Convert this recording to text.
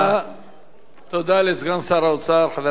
תודה לסגן שר האוצר, חבר הכנסת יצחק כהן.